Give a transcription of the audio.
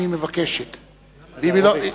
אם היא מבקשת לדבר.